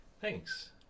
Thanks